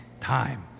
Time